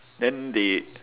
then they